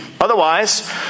Otherwise